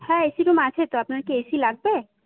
হ্যাঁ AC room আছে তো আপনার কি এসি লাগবে